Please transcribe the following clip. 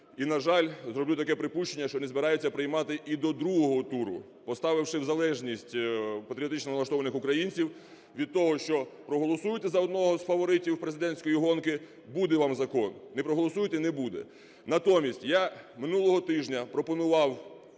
і, на жаль, зроблю таке припущення, що не збираються приймати і до другого туру, поставивши в залежність патріотично налаштованих українців від того, що проголосуєте за одного з фаворитів президентської гонки – буде вам закон, не проголосуєте – не буде. Натомість я минулого тижня пропонував